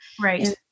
Right